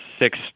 six